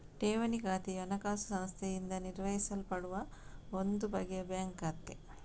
ಠೇವಣಿ ಖಾತೆಯು ಹಣಕಾಸು ಸಂಸ್ಥೆಯಿಂದ ನಿರ್ವಹಿಸಲ್ಪಡುವ ಒಂದು ಬಗೆಯ ಬ್ಯಾಂಕ್ ಖಾತೆ